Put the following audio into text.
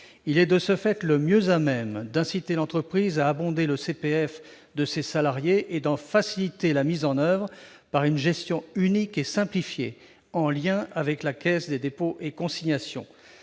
Il est de ce fait le mieux à même d'inciter l'entreprise à abonder le CPF de ses salariés et d'en faciliter la mise en oeuvre par une gestion unique et simplifiée, en lien avec la Caisse des dépôts et consignations.